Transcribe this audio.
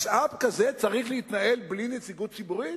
משאב כזה צריך להתנהל בלי נציגות ציבורית?